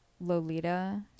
lolita